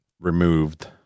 removed